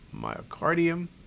myocardium